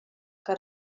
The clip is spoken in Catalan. que